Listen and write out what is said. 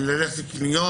התחלתי ללכת לקניות,